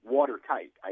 watertight